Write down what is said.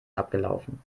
abgelaufen